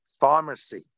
pharmacy